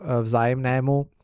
vzájemnému